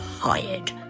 tired